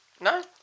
no